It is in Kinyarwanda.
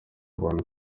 abantu